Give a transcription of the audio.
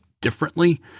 differently